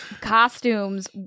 costumes